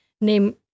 name